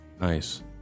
nice